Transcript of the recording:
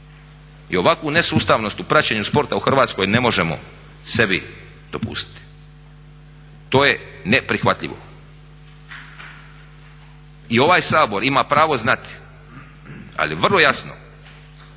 i ovakvu nesustavnost u praćenju sporta u Hrvatskoj ne možemo sebi dopustiti, to je neprihvatljivo. I ovaj Sabor ima pravo znati ali vrlo jasno